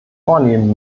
vornehmen